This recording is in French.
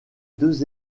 deux